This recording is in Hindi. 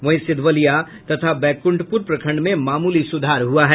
वहीं सिधवलिया तथा बैकुंठपुर प्रखंड में मामूली सुधार हुआ है